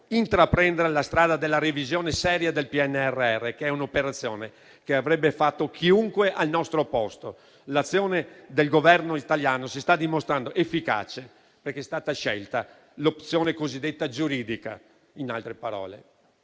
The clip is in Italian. intraprendere la strada della revisione seria del PNRR, che è un'operazione che avrebbe fatto chiunque al nostro posto. L'azione del Governo italiano si sta dimostrando efficace, perché è stata scelta l'opzione cosiddetta giuridica. In altre parole,